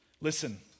Listen